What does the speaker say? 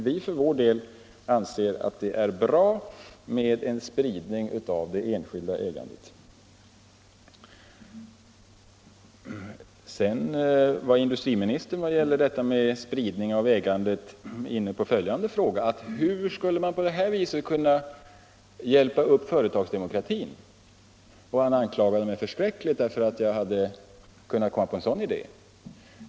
Vi för vår del anser att det är bra med en spridning av det enskilda ägandet. Sedan var industriministern i vad gäller spridning av ägandet inne på följande fråga: Hur skall man på det här viset kunna hjälpa upp företagsdemokratin? Han anklagade mig förskräckligt för att jag kunnat komma på en sådan idé.